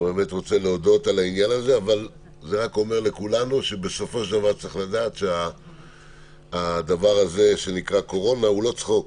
אני רק אומר לכולנו שצריך לדעת שהדבר הזה שנקרא קורונה הוא לא צחוק,